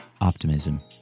optimism